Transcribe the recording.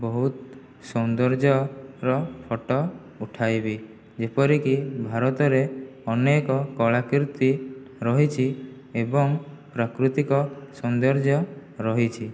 ବହୁତ ସୌନ୍ଦର୍ଯ୍ୟର ଫଟୋ ଉଠାଇବି ଯେପରିକି ଭାରତରେ ଅନେକ କଳାକୀର୍ତ୍ତି ରହିଛି ଏବଂ ପ୍ରାକୃତିକ ସୌନ୍ଦର୍ଯ୍ୟ ରହିଛି